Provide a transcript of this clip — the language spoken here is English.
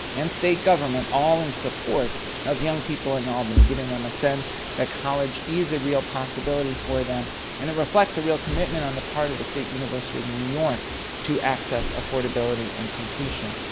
and state government all in support of young people in albany. giving them a sense that college is a real possibility for them and it reflects a real commitment on the part of the state university of new york to access affordability and completion.